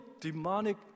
demonic